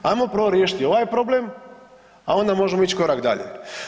Ajmo prvo riješiti ovaj problem, a onda možemo ići korak dalje.